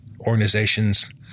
organizations